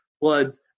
floods